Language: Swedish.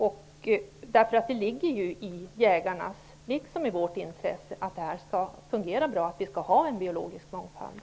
Det ligger ju nämligen i jägarnas liksom i vårt intresse att vi skall ha en biologisk mångfald.